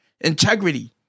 integrity